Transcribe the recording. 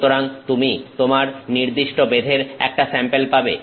সুতরাং তুমি তোমার নির্দিষ্ট বেধের একটা স্যাম্পেল পাবে